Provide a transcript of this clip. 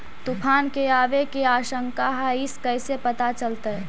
तुफान के आबे के आशंका है इस कैसे पता चलतै?